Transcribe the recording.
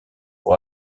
pour